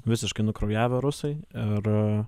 visiškai nukraujavę rusai ir